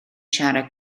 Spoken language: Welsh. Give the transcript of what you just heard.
siarad